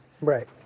Right